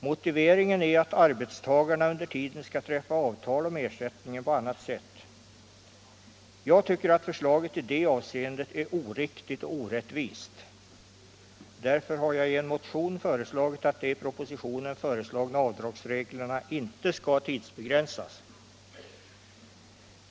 Motiveringen är att arbetstagarna under tiden skall träffa avtal om ersättning på annat sätt. Jag tycker att förslaget i det avseendet är oriktigt och orättvist — därför har jag i en motion föreslagit att de i propositionen föreslagna avdragsreglerna inte skall tidsbegränsas.